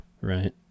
right